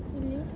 really